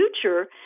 future